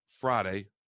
Friday